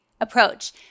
approach